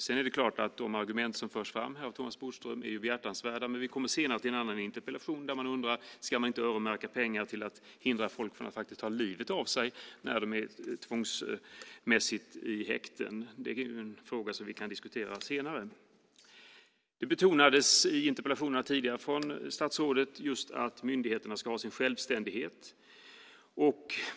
Det är klart att de argument som förs fram här av Thomas Bodström är behjärtansvärda. Men vi kommer senare till en annan interpellation där man undrar om inte pengar ska öronmärkas till att hindra folk från att ta livet av sig när de är tvångsmässigt i häkten. Det är en fråga som vi kan diskutera senare. Det betonades i interpellationssvaren tidigare från statsrådet att myndigheterna ska ha sin självständighet.